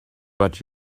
but